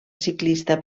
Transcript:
ciclista